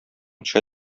төшә